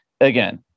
again